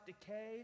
decay